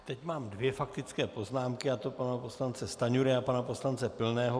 Teď mám dvě faktické poznámky, a to pana poslance Stanjury a pana poslance Pilného.